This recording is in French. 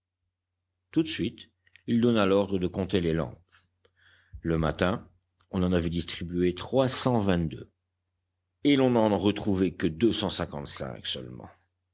tout de suite il donna l'ordre de compter les lampes le matin on en avait distribué trois cent vingt-deux et l'on n'en retrouvait que deux cent cinquante-cinq seulement